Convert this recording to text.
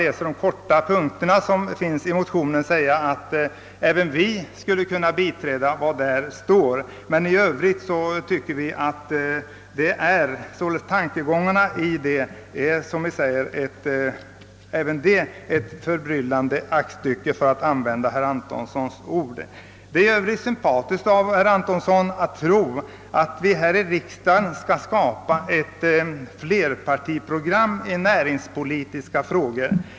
Om det bara gäller motionens 17 punkter kan även vi i vissa delar biträda motionen. Men i övrigt tycker vi att motionen är ett förbryllande dokument, för att använda herr Antonssons ord. Det är sympatiskt att herr Antonsson tror att vi här i riksdagen skulle kunna skapa ett flerpartiprogram i näringspolitiska frågor.